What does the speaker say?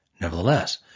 Nevertheless